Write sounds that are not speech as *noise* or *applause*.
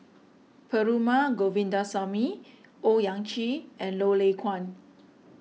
Perumal Govindaswamy Owyang Chi and *unintelligible* Lay Kuan